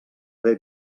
haver